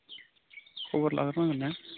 खबर लाहरनांगोन ना